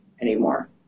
anymore